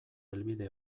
helbide